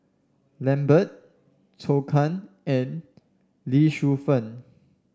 Lambert Zhou Can and Lee Shu Fen